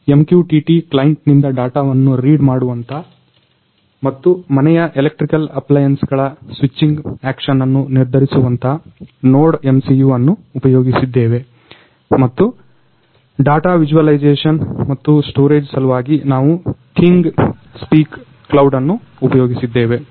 MQTT client ನಿಂದ ಡಾಟವನ್ನ read ಮಾಡವಂತ ಮತ್ತು ಮನೆಯ ಎಲೆಕ್ಟ್ರಿಕಲ್ ಅಪ್ಲಯನ್ಸ್ಗಳ ಸ್ವಿಚ್ಚಿಂಗ್ ಆಕ್ಷನ್ ಅನ್ನು ನಿರ್ಧರಿಸುವಂತ NodeMCU ಅನ್ನು ಉಪಯೋಗಿಸಿದ್ದೇವೆ ಮತ್ತು ಡಾಟ ವಿಜುವಲೈಜೇಷನ್ ಮತ್ತು ಸ್ಟೊರೇಜ್ ಸಲುವಾಗಿ ನಾವು ಥಿಂಗ್ಸ್ಪೀಕ್ ಕ್ಲೌಡ್ ಅನ್ನು ಉಪಯೋಗಿಸಿದ್ದೇವೆ